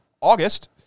August